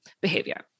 behavior